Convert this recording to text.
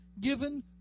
given